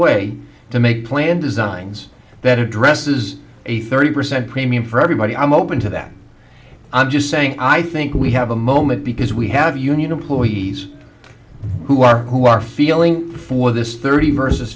way to make plan designs that addresses a thirty percent premium for everybody i'm open to that i'm just saying i think we have a moment because we have union employees who are who are feeling for this thirty versus